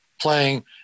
playing